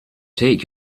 take